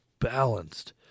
balanced